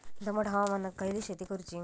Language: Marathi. दमट हवामानात खयली शेती करूची?